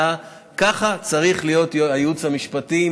ככה צריך הייעוץ המשפטי.